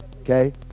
Okay